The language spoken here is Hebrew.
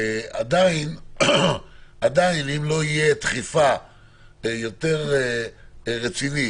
עדיין אם לא תהיה דחיפה יותר רצינית,